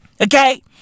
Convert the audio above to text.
Okay